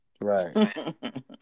Right